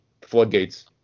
floodgates